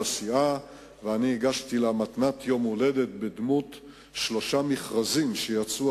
ואני הגשתי לה מתנת יום הולדת בדמות שלושה מכרזים שיצאו